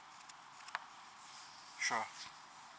sure